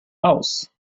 aus